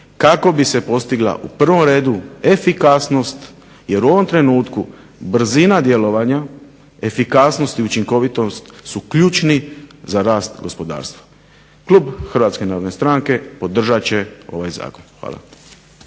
kako bi se postigla u prvom redu efikasnost jer u ovom trenutku brzina djelovanja efikasnosti učinkovitost su ključni za rast gospodarstva. Klub HNS-a podržat će ovaj zakon. Hvala.